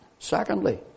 Secondly